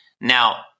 Now